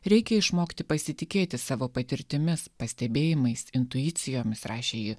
reikia išmokti pasitikėti savo patirtimis pastebėjimais intuicijomis rašė ji